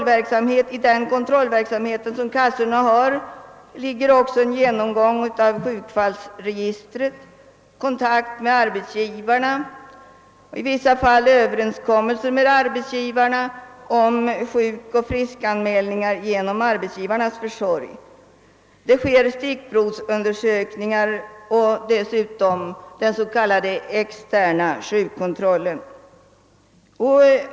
I kassornas kontrollverksamhet ingår också en genomgång av sjukfallsregistret och kontakt med arbetsgivarna; i vissa fall har det träffats en överenskommelse med arbetsgivarna om sjukoch friskanmälningar genom deras försorg. Det sker stickprovsundersökning ar, och dessutom förekommer den s.k. externa sjukkontrollen.